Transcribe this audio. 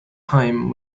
haim